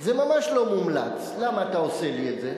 זה ממש לא מומלץ, למה אתה עושה לי את זה?